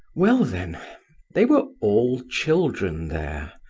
well, then they were all children there,